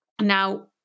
Now